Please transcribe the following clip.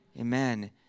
Amen